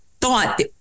thought